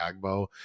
Agbo